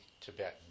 Tibetan